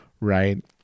right